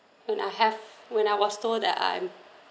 when I have when I was told that I'm